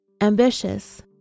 ambitious